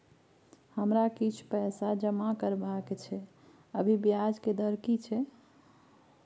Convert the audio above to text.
हमरा किछ पैसा जमा करबा के छै, अभी ब्याज के दर की छै?